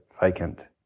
vacant